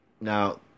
Now